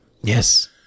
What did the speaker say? yes